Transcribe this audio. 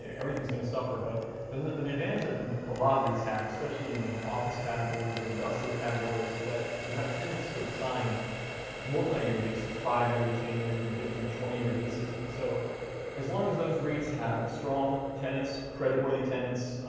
yeah everything's going to suffer. but and the the advantage that a lot of reits have, especially in the office categories or industrial categories, is that you have tenants who have signed multi-year leases. five-year, ten year, even fifteen or twenty year leases. and so as long as those reits have strong tenants, creditworthy tenants,